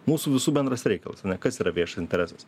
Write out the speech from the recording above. mūsų visų bendras reikalas ane kas yra viešas interesas